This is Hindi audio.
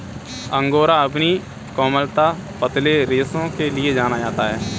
अंगोरा अपनी कोमलता, पतले रेशों के लिए जाना जाता है